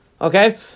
Okay